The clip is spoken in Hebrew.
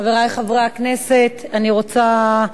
חברי חברי הכנסת, אני רוצה,